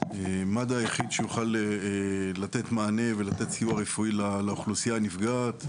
מד"א הוא היחיד שיוכל לתת מענה ולתת סיוע רפואי לאוכלוסייה הנפגעת.